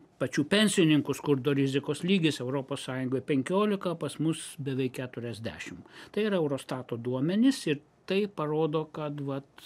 pačių pensininkų skurdo rizikos lygis europos sąjungoj penkiolika o pas mus beveik keturiasdešim tai yra eurostato duomenys ir tai parodo kad vat